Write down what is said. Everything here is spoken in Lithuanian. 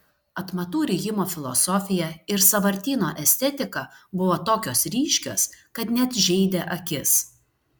atmatų rijimo filosofija ir sąvartyno estetika buvo tokios ryškios kad net žeidė akis